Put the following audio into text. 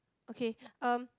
okay um